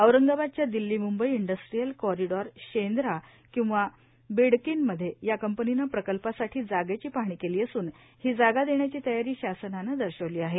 औरंगाबादच्या Delhi Mumbai industrial corridor Shendra किंवा बिडकीनमध्ये या कंपनीने प्रकल्पासाठी जागेची पाहणी केली असून ही जागा देण्याची तयारी शासनाने दर्शविली आहे